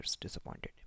disappointed